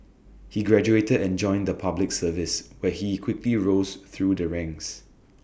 he graduated and joined the Public Service where he quickly rose through the ranks